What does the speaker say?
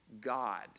God